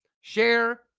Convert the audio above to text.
share